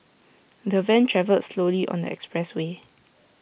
the van travelled slowly on the expressway